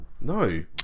No